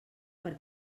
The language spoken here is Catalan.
per